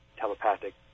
telepathic